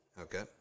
okay